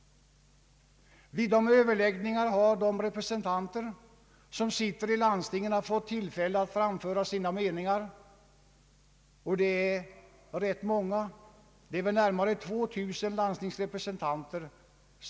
Vid dessa överläggningar har landstingens ledamöter fått tillfälle att framföra sina meningar, vilka torde vara rätt många, eftersom det i dagens Sverige väl finns närmare 2 000 sådana representanter.